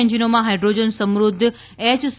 એન્જિનોમાં hydrogen સમૃદ્ધ H C